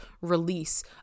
release